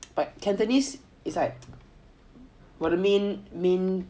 but cantonese is like 我的 main main